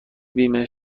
بیمه